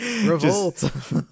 revolt